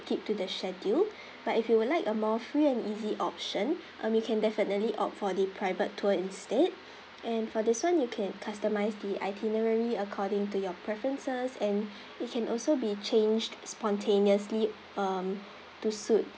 keep to the schedule but if you would like a more free and easy option um we can definitely opt for the private tour instead and for this [one] you can customise the itinerary according to your preferences and it can also be changed spontaneously um to suit